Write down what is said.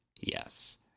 Yes